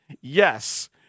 Yes